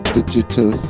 digital